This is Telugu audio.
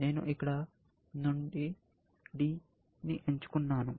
నేను అక్కడ నుండి D ని ఎంచుకున్నాను